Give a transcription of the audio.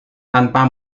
tanpa